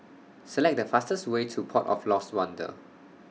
Select The fastest Way to Port of Lost Wonder